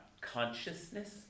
consciousness